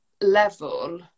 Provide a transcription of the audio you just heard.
level